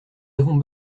avons